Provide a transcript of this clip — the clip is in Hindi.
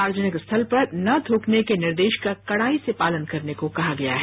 सार्वजनिक स्थल पर न थूकने के निर्देश का कड़ाई से पालन करने को कहा गया है